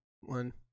one